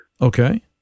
Okay